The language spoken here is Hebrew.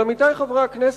אבל, עמיתי חברי הכנסת,